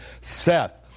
Seth